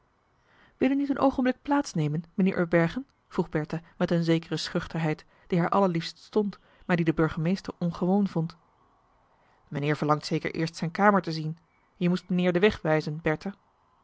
wil u niet een oogenblik plaatsnemen mijnheer upbergen vroeg bertha met een zekere schuchterheid die haar allerliefst stond maar die de burgemeester ongewoon vond mijnheer verlangt zeker eerst zijn kamer te zien je moest mijnheer den weg wijzen